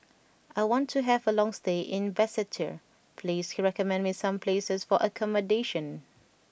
I want to have a long stay in Basseterre please recommend me some places for accommodation